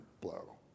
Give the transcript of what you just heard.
blow